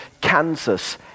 Kansas